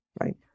right